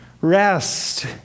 rest